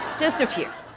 just a few.